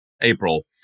April